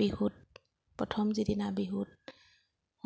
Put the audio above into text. বিহুত প্ৰথম যিদিনা বিহুত